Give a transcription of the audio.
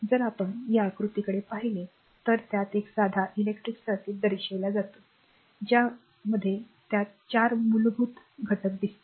जर आपण या आकृतीकडे पाहिले तर त्यात एक साधा इलेक्ट्रिक सर्किट दर्शविला जातो ज्यामध्ये त्यात 4 मूलभूत घटक दिसतात